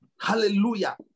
Hallelujah